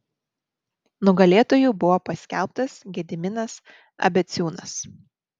nugalėtoju buvo paskelbtas gediminas abeciūnas